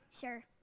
Sure